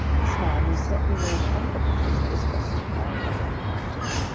this man was certainly the most wonderful physical specimen i had ever encountered.